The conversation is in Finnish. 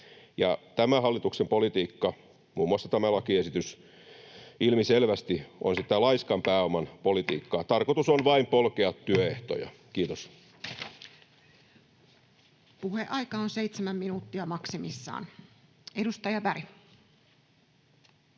Tämä hallituksen politiikka, muun muassa tämä lakiesitys, ilmiselvästi on sitä laiskan pääoman politiikkaa. Tarkoitus on vain polkea työehtoja. — Kiitos. Puheaika on seitsemän minuuttia maksimissaan. — Edustaja Berg.